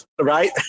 right